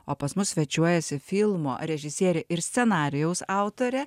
o pas mus svečiuojasi filmo režisierė ir scenarijaus autorė